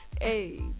hey